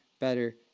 better